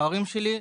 ההורים שלי,